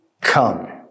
come